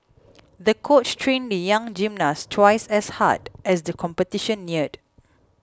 the coach trained the young gymnast twice as hard as the competition neared